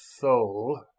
soul